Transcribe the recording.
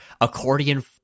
accordion